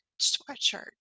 sweatshirt